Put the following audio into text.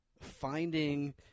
finding